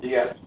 Yes